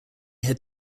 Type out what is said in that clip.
had